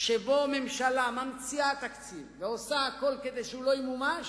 שבו ממשלה ממציאה תקציב ועושה הכול כדי שהוא לא ימומש,